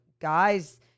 guys